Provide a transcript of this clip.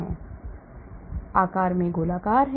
वे आकार में गोलाकार होते हैं